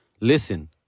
listen